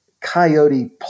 Coyote